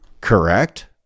correct